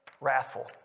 wrathful